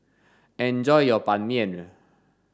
enjoy your ban mian